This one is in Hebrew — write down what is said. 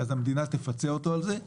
המדינה תפצה אותו על זה.